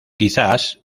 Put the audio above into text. quizás